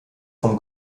vom